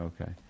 Okay